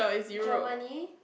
Germany